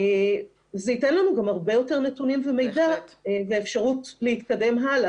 זה ייתן לנו גם הרבה יותר נתונים ומידע ואפשרות להתקדם הלאה,